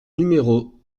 numéro